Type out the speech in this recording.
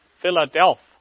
Philadelphia